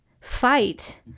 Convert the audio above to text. fight